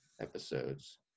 episodes